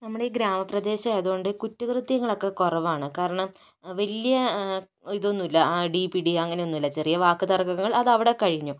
നമ്മളീ ഗ്രാമ പ്രദേശം ആയത് കൊണ്ട് കുറ്റകൃത്യങ്ങൾ ഒക്കെ കുറവാണ് കാരണം വലിയ ഇതൊന്നും ഇല്ല അടി പിടി അങ്ങനെയൊന്നും ഇല്ല ചെറിയ വാക്കു തർക്കങ്ങൾ അത് അവിടെ കഴിഞ്ഞു